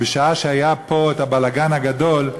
שבשעה שהיה פה הבלגן הגדול,